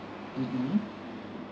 mmhmm